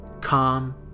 calm